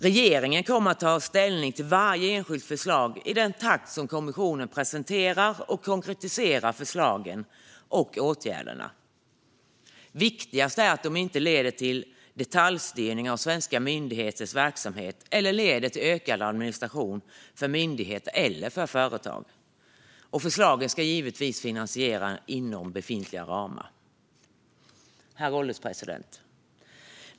Regeringen kommer att ta ställning till varje enskilt förslag i den takt som kommissionen presenterar och konkretiserar förslagen och åtgärderna. Viktigast är att de inte leder till detaljstyrning av svenska myndigheters verksamhet eller till ökad administration för myndigheter eller företag. Förslagen ska givetvis finansieras inom befintliga ramar. Herr ålderspresident!